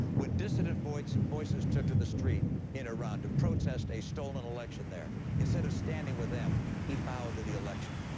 when dissident voices voices took to the street in iran to protest a stolen election there, instead of standing with them, he bowed to the election.